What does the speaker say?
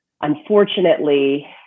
unfortunately